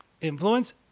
influence